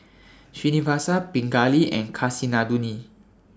Srinivasa Pingali and Kasinadhuni